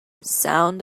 sound